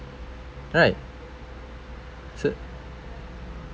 right so